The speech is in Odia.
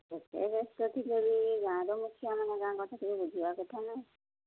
ଯେତେ ବ୍ୟସ୍ତ ଥିଲେ ବି ଗାଁର ମୁଖିଆ ମାନେ ଗାଁ କଥା ଟିକିଏ ବୁଝିବା କଥା ନା